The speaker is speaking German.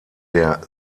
der